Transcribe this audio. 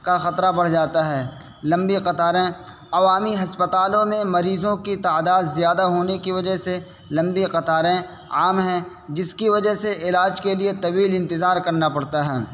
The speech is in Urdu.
کا خطرہ بڑھ جاتا ہے لمبی قطاریں عوامی ہسپتالوں میں مریضوں کی تعداد زیادہ ہونے کی وجہ سے لمبی قطاریں عام ہیں جس کی وجہ سے علاج کے لیے طویل انتظار کرنا پڑتا ہے